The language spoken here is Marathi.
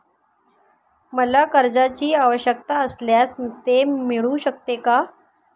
मला कर्जांची आवश्यकता असल्यास ते मिळू शकते का?